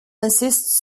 insiste